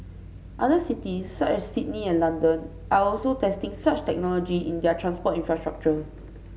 other cities such as Sydney and London are also testing such technology in their transport infrastructure